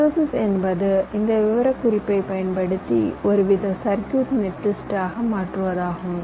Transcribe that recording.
synthesis என்பது இந்த விவரக்குறிப்பை பயன்படுத்தி ஒருவித சர்க்யூட் நெட்லிஸ்ட் ஆக மாற்றுவதாகும்